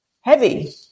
Heavy